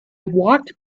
walked